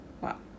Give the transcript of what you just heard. wow